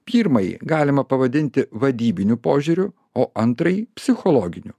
pirmąjį galima pavadinti vadybiniu požiūriu o antrąjį psichologiniu